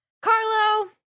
Carlo